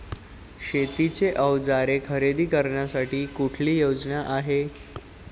शेतीची अवजारे खरेदी करण्यासाठी कुठली योजना आहे?